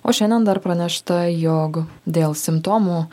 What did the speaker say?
o šiandien dar pranešta jog dėl simptomų